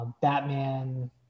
Batman